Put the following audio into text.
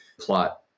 plot